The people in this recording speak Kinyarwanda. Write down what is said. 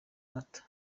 nyamata